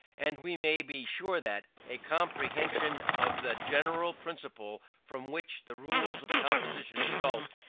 and we may be sure that a comprehension of the general principle from which the rules of composition result,